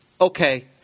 okay